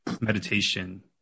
meditation